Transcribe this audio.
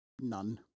None